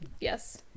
Yes